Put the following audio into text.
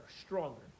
stronger